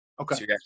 Okay